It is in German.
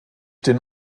den